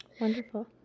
Wonderful